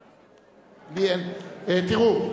תראו.